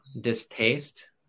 distaste